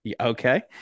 Okay